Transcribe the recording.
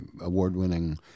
Award-winning